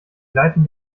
gleiten